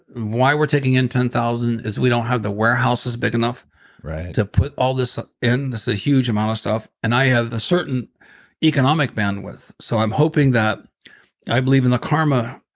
why we're taking in ten thousand is we don't have the warehouses big enough to put all this in, this a huge amount of stuff. and i have the certain economic bandwidth. so i'm hoping that i believe in the karma